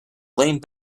lame